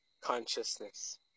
consciousness